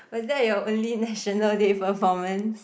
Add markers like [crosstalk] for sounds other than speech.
was that your only National [laughs] Day performance